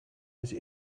this